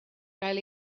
gael